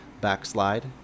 backslide